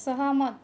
सहमत